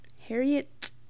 Harriet